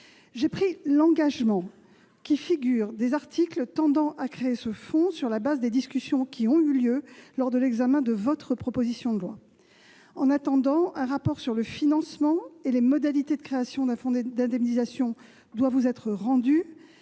J'ai pris l'engagement qu'y figurent des articles tendant à créer ce fonds, sur la base des discussions ayant eu lieu lors de l'examen de votre proposition de loi. En attendant, un rapport sur le financement et les modalités de création d'un fonds d'indemnisation doit vous être rendu